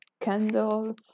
candles